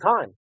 time